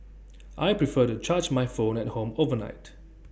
I prefer to charge my phone at home overnight